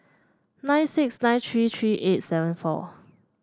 nine six nine three three eight seven four